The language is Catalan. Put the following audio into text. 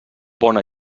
bona